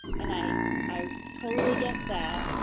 and i i totally get that.